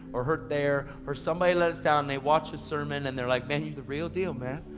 or hurt there. or somebody let us down. they watch a sermon and they're like, man, you're the real deal man.